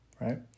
right